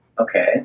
okay